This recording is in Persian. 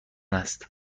است